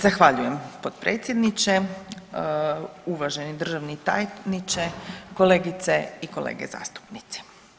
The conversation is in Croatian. Zahvaljujem potpredsjedniče, uvaženi državni tajniče, kolegice i kolege zastupnici.